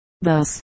Thus